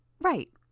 Right